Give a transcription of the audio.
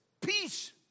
peace